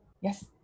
Yes